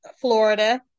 Florida